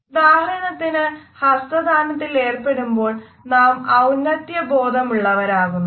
ഉദാഹരണത്തിന് ഹസ്തദാനത്തിൽ ഏർപ്പെടുമ്പോൾ നാം ഔന്നത്യബോധമുള്ളവരാകുന്നു